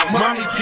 mommy